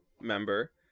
member